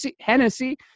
Hennessy